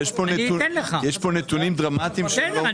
אבל יש פה נתונים דרמטיים --- בסדר,